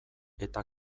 eta